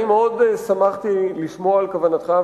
אני מאוד שמחתי לשמוע על כוונתך,